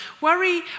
worry